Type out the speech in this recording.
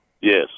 Yes